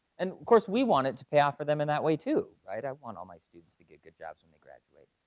and of course, we want it to pay off for them in that way too. i want all my students to get good jobs when they graduate.